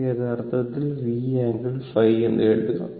ഇത് യഥാർത്ഥത്തിൽ V angle ϕ എന്ന് എഴുതാം